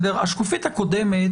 יכולתי להבין את השקופית הקודמת.